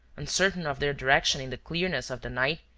uncertain of their direction in the clearness of the night,